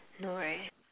no right